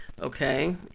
okay